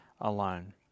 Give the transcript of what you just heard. alone